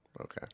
Okay